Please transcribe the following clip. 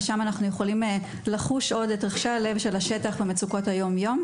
ושם אנחנו יכולים לחוש את השטח ואת מצוקות היום יום.